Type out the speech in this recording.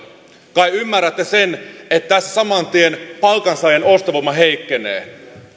kai ymmärrätte sen että tässä saman tien palkansaajan ostovoima heikkenee